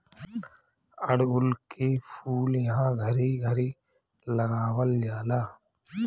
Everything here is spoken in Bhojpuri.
अढ़उल के फूल इहां घरे घरे लगावल जाला